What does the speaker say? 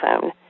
phone